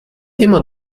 immer